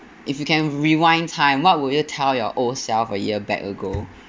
if you can rewind time what would you tell your old self a year back ago